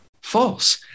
false